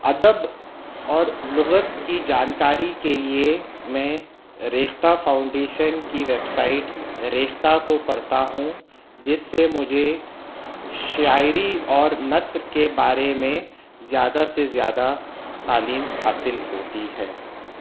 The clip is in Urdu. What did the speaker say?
ادب اور لغت کی جانکاری کے لیے میں ریختہ فاؤنڈیشن کی ویب سائٹ ریختہ کو پڑھتا ہوں جس سے مجھے شاعری اور نثر کے بارے میں زیادہ سے زیادہ تعلیم حاصل ہوتی ہے